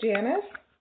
Janice